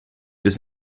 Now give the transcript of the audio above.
bis